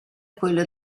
quello